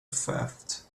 theft